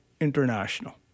international